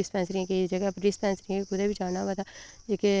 डिस्पेंसरियें कुतै बी जाना होऐ तां जेह्के